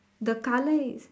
the colour is